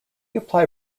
apply